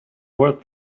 what